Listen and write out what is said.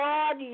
God